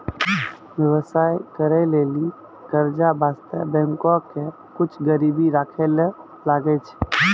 व्यवसाय करै लेली कर्जा बासतें बैंको के कुछु गरीबी राखै ले लागै छै